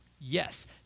Yes